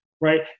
right